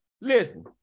listen